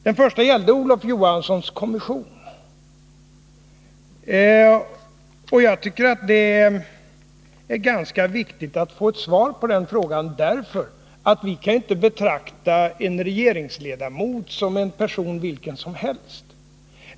Den första frågan gällde Olof Johanssons kommission, och jag tycker det är ganska viktigt att vi får ett svar på den frågan, för vi kan inte betrakta en regeringsledamot som vilken person som helst.